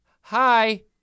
hi